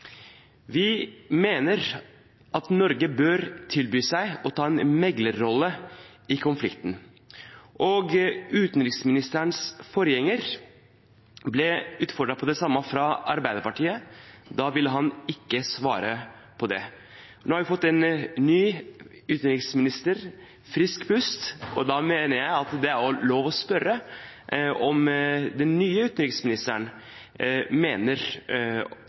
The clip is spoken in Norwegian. Vi mener at Norge bør tilby seg å ta en meglerrolle i konflikten. Utenriksministerens forgjenger ble utfordret på det samme fra Arbeiderpartiet. Da ville han ikke svare på det. Nå har vi fått en ny utenriksminister, et friskt pust, og da mener jeg at det er lov å spørre om den nye utenriksministeren mener